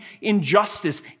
injustice